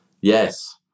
Yes